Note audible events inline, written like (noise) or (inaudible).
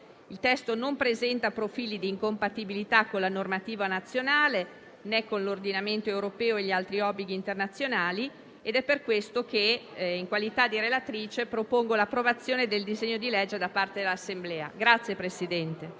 Il testo non presenta profili di incompatibilità con la normativa nazionale, né con l'ordinamento europeo e gli altri obblighi internazionali ed è per questo che, in qualità di relatrice, propongo l'approvazione del disegno di legge da parte dell'Assemblea. (applause)